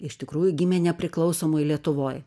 iš tikrųjų gimė nepriklausomoj lietuvoj